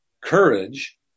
Courage